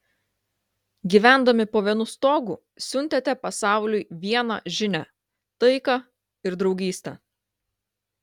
gyvendami po vienu stogu siuntėte pasauliui vieną žinią taiką ir draugystę